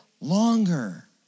longer